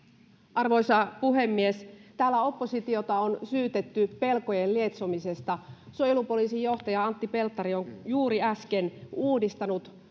arvoisa puhemies täällä oppositiota on syytetty pelkojen lietsomisesta suojelupoliisin johtaja antti pelttari on juuri äsken uudistanut